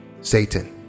Satan